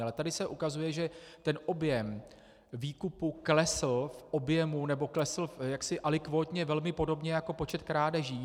Ale tady se ukazuje, že ten objem výkupu klesl v objemu, nebo klesl alikvótně velmi podobně jako počet krádeží.